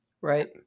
Right